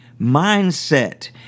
mindset